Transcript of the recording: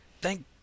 thank